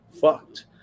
fucked